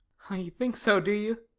you think so, do you?